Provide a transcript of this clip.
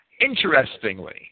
Interestingly